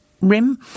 rim